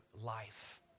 life